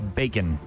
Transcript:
bacon